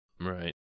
Right